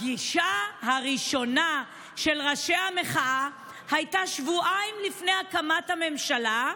הפגישה הראשונה של ראשי המחאה הייתה שבועיים לפני הקמת הממשלה,